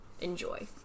enjoy